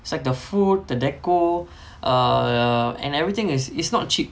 it's like the food the decor err and everything is is not cheap